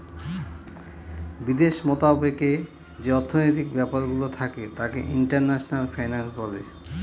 বিদেশ মতাবেকে যে অর্থনৈতিক ব্যাপারগুলো থাকে তাকে ইন্টারন্যাশনাল ফিন্যান্স বলে